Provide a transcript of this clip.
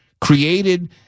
created